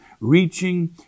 reaching